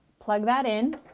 plug that in